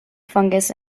fungus